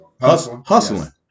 Hustling